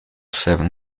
seven